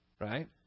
right